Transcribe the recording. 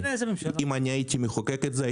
אם אני הייתי מחוקק את זה,